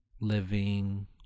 Living